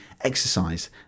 exercise